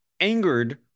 angered